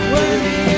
Worthy